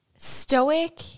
stoic